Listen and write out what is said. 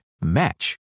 match